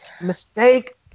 mistake